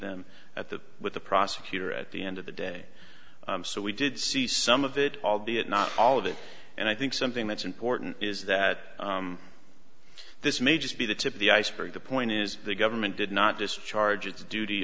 them at that with the prosecutor at the end of the day so we did see some of it albeit not all of it and i think something that's important is that this may just be the tip of the iceberg the point is the government did not discharge